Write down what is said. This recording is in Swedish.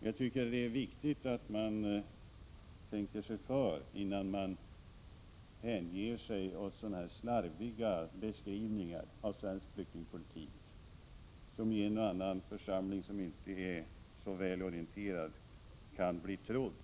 Det är viktigt att man tänker sig för, innan man hänger sig åt sådana här slarviga beskrivningar av svensk flyktingpolitik, som i en och annan församling som inte är så väl orienterad kan bli trodd.